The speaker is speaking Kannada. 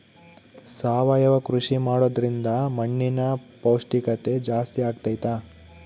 ಸಾವಯವ ಕೃಷಿ ಮಾಡೋದ್ರಿಂದ ಮಣ್ಣಿನ ಪೌಷ್ಠಿಕತೆ ಜಾಸ್ತಿ ಆಗ್ತೈತಾ?